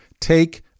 take